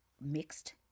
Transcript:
mixed